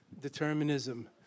determinism